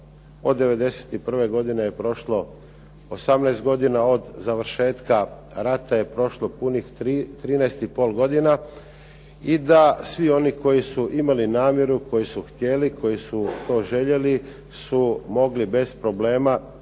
Od '91. godine je prošlo 18 godina, a od završetka rata je punih 13,5 godina i da svi oni koji su imali namjeru, koji su htjeli, koji su to željeli su mogli bez problema